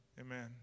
Amen